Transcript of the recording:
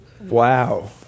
Wow